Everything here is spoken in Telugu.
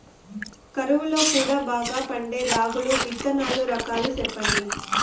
కరువు లో కూడా బాగా పండే రాగులు విత్తనాలు రకాలు చెప్పండి?